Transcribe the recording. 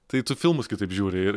tai tu filmus kitaip žiūri ir